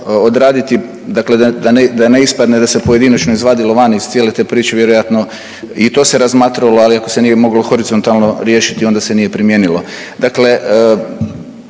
odraditi, dakle da ne, da ne ispadne da se pojedinačno izvadilo van iz cijele te priče, vjerojatno i to se razmatralo, ali ako se nije moglo horizontalno riješiti onda se nije primijenilo. Dakle,